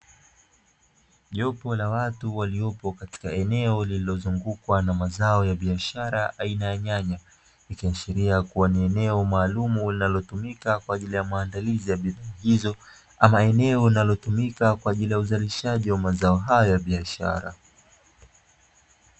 Jopo la watu waliopo katika eneo lililozungukwa na mazao ya biashara aina ya nyanya likiashiria kuwa eneo maalumu linalotumika kwa ajili ya maandalizi ya bidhaa hizo, ama eneo linalotumika kwa ajili ya uzalishaji wa mazao hayo ya biashara